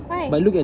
why